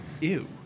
Ew